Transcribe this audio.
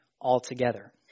altogether